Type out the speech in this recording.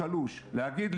חברת הכנסת אלהרר, נא להירגע.